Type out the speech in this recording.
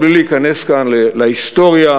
בלי להיכנס כאן להיסטוריה,